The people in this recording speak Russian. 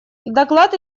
доклад